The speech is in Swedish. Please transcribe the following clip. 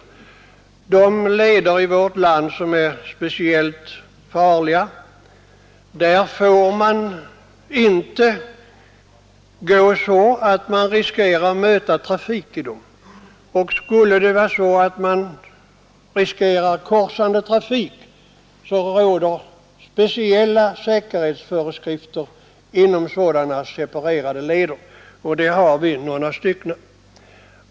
På de leder i vårt land som är speciellt farliga får man inte gå så att man riskerar att möta trafik i dem. Där risk finns för möte med korsande trafik råder speciella säkerhetsföreskrifter inom sådana separerade leder, av vilka vi har några stycken.